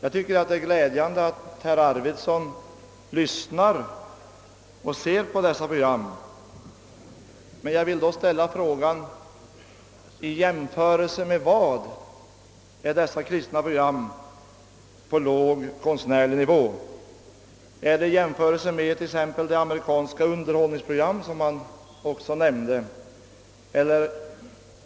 Det är glädjande att herr Arvidson lyssnar och ser på de programmen, men jag vill ställa frågan: I jämförelse med vad ligger kristna program på en låg konstnärlig nivå? Är det i jämförelse med t.ex. de amerikanska underhållningsprogram som han också nämnde om?